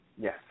Yes